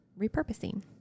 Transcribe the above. repurposing